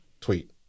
tweet